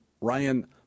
Ryan